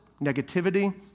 negativity